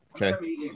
Okay